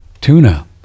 Tuna